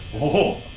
ooh!